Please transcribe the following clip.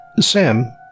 Sam